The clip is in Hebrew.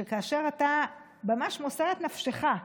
שאתה ממש מוסר את נפשך,